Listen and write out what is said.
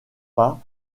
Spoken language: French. pas